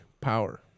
power